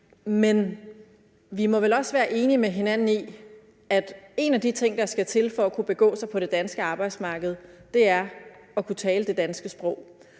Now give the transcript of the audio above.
Men vi må vel også være enige med hinanden om, at en af de ting, der skal til for at kunne begå sig på det danske arbejdsmarked, er at kunne tale det danske sprog?